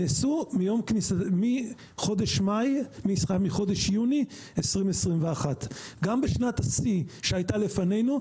נעשו מחודש יוני 2021. גם בשנת השיא שהייתה לפנינו,